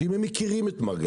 האם הם מכירים את מרגליות.